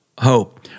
hope